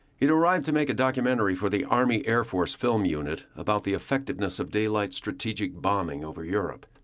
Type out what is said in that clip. he'd arrived to make a documentary for the army air force film unit about the effectiveness of daylight strategic bombing over europe,